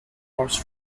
horse